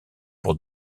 pour